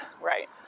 right